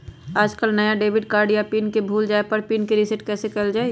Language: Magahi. आजकल नया डेबिट कार्ड या पिन के भूल जाये पर ही पिन के रेसेट कइल जाहई